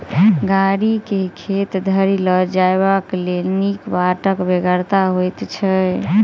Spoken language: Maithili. गाड़ी के खेत धरि ल जयबाक लेल नीक बाटक बेगरता होइत छै